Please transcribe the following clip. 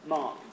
Mark